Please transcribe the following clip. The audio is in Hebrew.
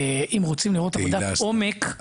אם רוצים לראות עבודת עומק,